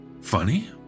Funny